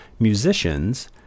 musicians